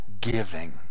giving